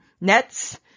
nets